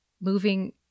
Moving